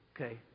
Okay